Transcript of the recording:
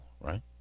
Right